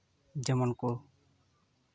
ᱡᱮᱢᱚᱱ ᱠᱚ